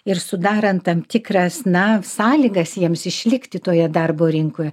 ir sudarant tam tikras na sąlygas jiems išlikti toje darbo rinkoje